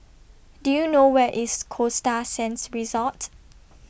Do YOU know Where IS Costa Sands Resort